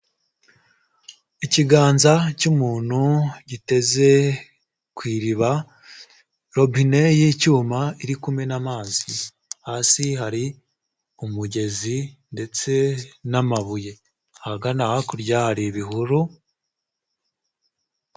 Ikiganza cy'umuntu giteze ku iriba, robine y'icyuma irikumena amazi, hasi hari umugezi ndetse n'amabuye ahagana hakurya hari ibihuru.